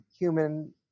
human